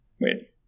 Wait